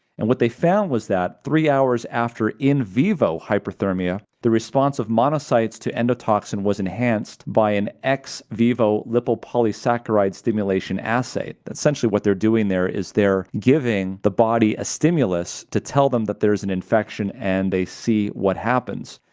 and what they found was that three hours after in-vivo hyperthermia, the response of monocytes to endotoxin was enhanced by an ex-vivo lipopolysaccharide stimulation assay. essentially what they're doing there is they're giving the body a stimulus to tell them that there's an infection and they see what happens,